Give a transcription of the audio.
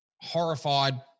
horrified